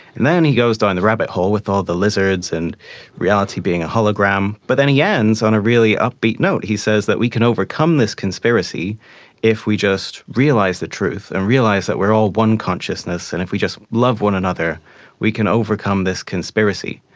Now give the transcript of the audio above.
and then he goes down the rabbit hole with all the lizards, and reality being a hologram, but then he ends on a really upbeat note, he says that we can overcome this conspiracy if we just realise the truth and realise that we are all one consciousness, and if we just love one another we can overcome this conspiracy.